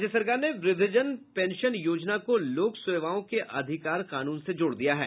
राज्य सरकार ने वृद्वजन पेंशन योजना को लोक सेवाओं के अधिकार कानून से जोड़ दिया है